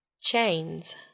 Chains